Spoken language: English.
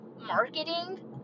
marketing